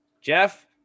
Jeff